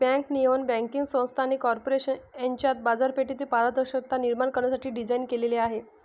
bank नियमन banking संस्था आणि कॉर्पोरेशन यांच्यात बाजारपेठेतील पारदर्शकता निर्माण करण्यासाठी डिझाइन केलेले आहे